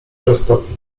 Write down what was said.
roztopi